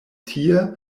tie